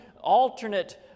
alternate